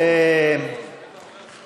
ללכת לבחירות.